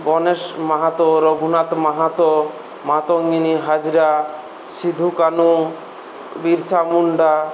Ganesh Mahato Raghunath Mahato Matangini Hazra Sidhu Kanu Birsa Munda